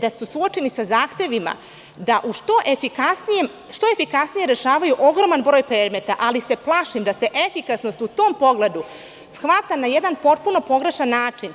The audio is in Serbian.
da su suočeni sa zahtevima da što efikasnije rešavaju ogroman broj predmeta, ali se plašim da se efikasnost u tom pogledu shvata na potpuno pogrešan način.